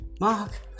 Mark